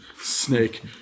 snake